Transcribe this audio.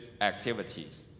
activities